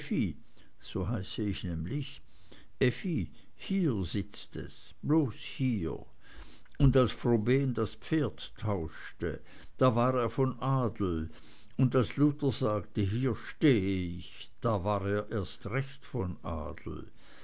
so heiße ich nämlich effi hier sitzt es bloß hier und als froben das pferd tauschte da war er von adel und als luther sagte hier stehe ich da war er erst recht von adel